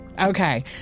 Okay